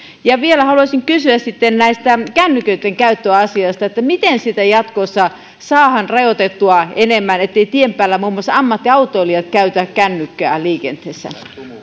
vielä haluaisin kysyä sitten kännyköittenkäyttöasiasta miten sitä jatkossa saadaan rajoitettua enemmän etteivät tien päällä muun muassa ammattiautoilijat käytä kännykkää liikenteessä